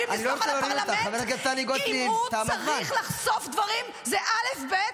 חברת הכנסת טלי גוטליב, תם הזמן.